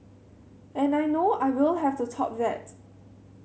and I know I will have to top that